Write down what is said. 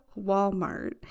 Walmart